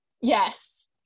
Yes